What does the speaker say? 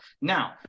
Now